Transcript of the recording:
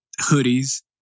Hoodies